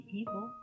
evil